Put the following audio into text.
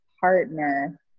partner